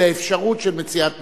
האפשרות של מציאת פתרון.